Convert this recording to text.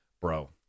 Bro